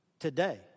Today